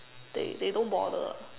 they they don't bother